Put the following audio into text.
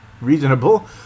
reasonable